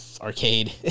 arcade